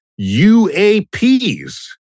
UAPs